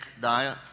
diet